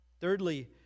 Thirdly